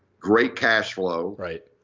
great cash flow. right.